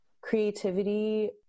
creativity